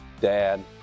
dad